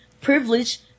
privilege